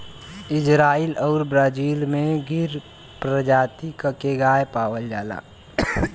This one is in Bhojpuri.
इजराइल आउर ब्राजील में गिर परजाती के गाय पावल जाला